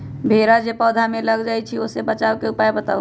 भेरा जे पौधा में लग जाइछई ओ से बचाबे के उपाय बताऊँ?